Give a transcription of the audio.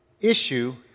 issue